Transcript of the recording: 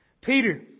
Peter